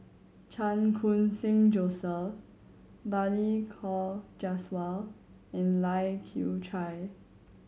Chan Khun Sing Joseph Balli Kaur Jaswal and Lai Kew Chai